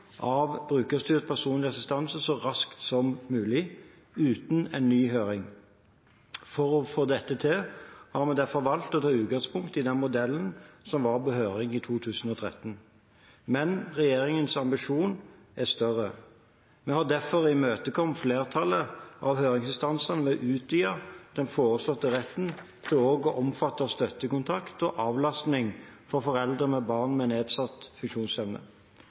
av brukerstyrt personlig assistanse så raskt som mulig – uten en ny høring. For å få dette til har vi derfor valgt å ta utgangspunkt i den modellen som var på høring i 2013. Men regjeringens ambisjoner er større. Vi har derfor imøtekommet flertallet av høringsinstansene ved å utvide den foreslåtte retten til òg å omfatte støttekontakt og avlastning for foreldre med barn med nedsatt funksjonsevne.